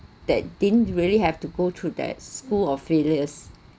that didn't really have to go through that school of failures